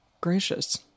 Gracious